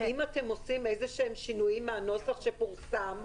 אם אתם עושים איזשהם שינויים מהנוסח שפורסם,